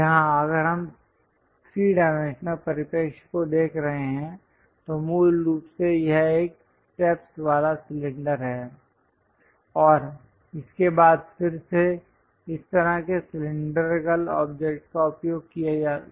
यहां अगर हम उस 3 डाइमेंशनल परिप्रेक्ष्य को देख रहे हैं तो मूल रूप से यह एक स्टेप्स वाला सिलेंडर है और इसके बाद फिर से इस तरह के सिलैंडरिकल ऑब्जेक्ट का उपयोग किया जाता है